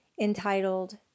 entitled